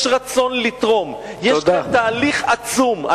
יש רצון לתרום, יש כאן תהליך עצום.